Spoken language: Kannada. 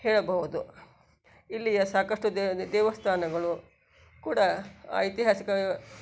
ಹೇಳಬಹುದು ಇಲ್ಲಿಯ ಸಾಕಷ್ಟು ದೇ ದೇವಸ್ಥಾನಗಳು ಕೂಡ ಐತಿಹಾಸಿಕ